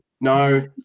no